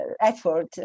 effort